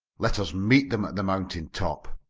let us meet them at the mountain-top,